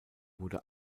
wurde